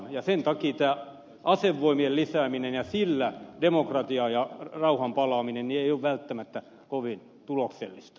sen takia tämä asevoimien lisääminen ja sillä demokratian ja rauhan palauttaminen ei ole välttämättä kovin tuloksellista